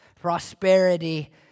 prosperity